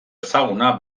ezaguna